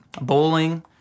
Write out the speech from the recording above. bowling